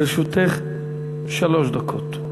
לרשותך שלוש דקות.